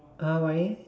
ah why